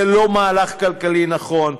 זה לא מהלך כלכלי נכון,